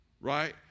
right